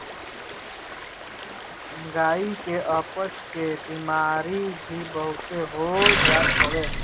गाई के अपच के बेमारी भी बहुते हो जात हवे